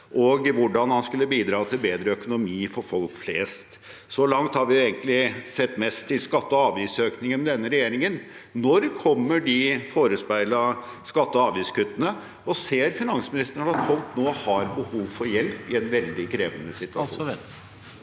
og hvordan han skulle bidra til bedre økonomi for folk flest. Så langt har vi egentlig sett mest til skatte- og avgiftsøkninger med denne regjeringen. Når kommer de forespeilede skatte- og avgiftskuttene? Ser finansministeren at folk nå har behov for hjelp i en veldig krevende situasjon?